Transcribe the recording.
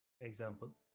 Example